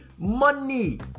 Money